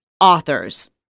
authors